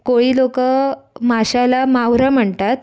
कोळी लोक माशाला मावरं म्हणतात